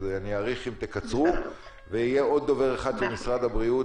אעריך אם תקצרו.